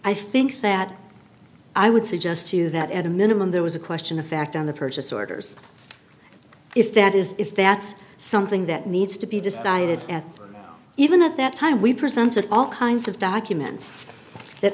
i think that i would suggest to you that at a minimum there was a question of fact on the purchase orders if that is if that's something that needs to be decided at even at that time we presented all kinds of documents that